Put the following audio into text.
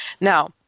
Now